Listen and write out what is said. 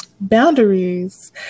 boundaries